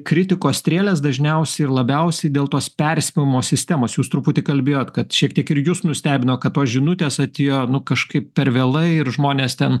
kritikos strėles dažniausiai ir labiausiai dėl tos perspėjimo sistemos jūs truputį kalbėjot kad šiek tiek ir jus nustebino kad tos žinutės atėjo nu kažkaip per vėlai ir žmonės ten